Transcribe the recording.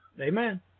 Amen